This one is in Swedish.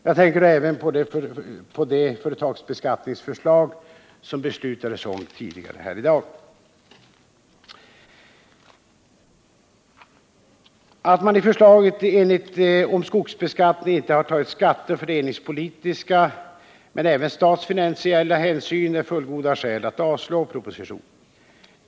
Jag tänker då även på det företagsbeskattningsförslag som beslutades om tidigare här i dag. Att man i förslaget om skogsbeskattning inte har tagit skatteoch fördelningspolitiska hänsyn och inte heller statsfinansiella är fullgoda skäl att avslå propositionen.